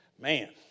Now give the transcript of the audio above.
Man